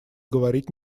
говорить